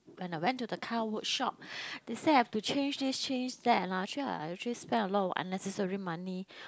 when I went to the car workshop they said I've to change this change that lah actually I actually spend a lot of unnecessary money